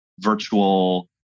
virtual